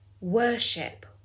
worship